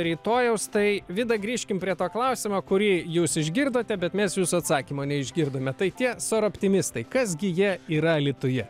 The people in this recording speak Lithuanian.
rytojaus tai vida grįžkim prie to klausimo kurį jūs išgirdote bet mes jūsų atsakymo neišgirdome tai tie sor optimistai kas gi jie yra alytuje